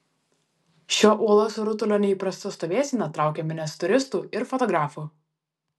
šio uolos rutulio neįprasta stovėsena traukia minias turistų ir fotografų